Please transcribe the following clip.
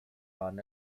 waren